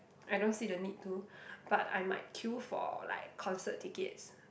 I don't see the need to but I might queue for like concert tickets